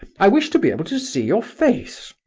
i wish to be able to see your face.